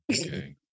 okay